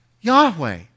Yahweh